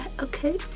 okay